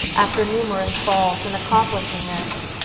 after numerous falls, in accomplishing this,